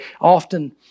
often